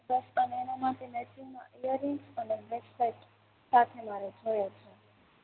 સત એના માટે મેચિંગ ઇયરિંગ્સ અને બ્રેસલેટ સાથે મારે જોઈએ છે